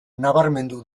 nabarmendu